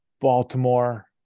Baltimore